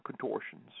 contortions